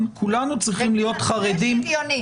לא הכול צריך להישען על המהלך הזה.